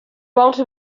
vols